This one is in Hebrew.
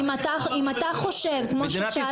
אם אתה חושב כמו שתיארתי.